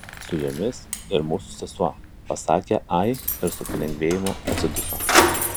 su jomis ir mūsų sesuo pasakė ai ir su palengvėjimu atsiduso